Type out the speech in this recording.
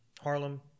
Harlem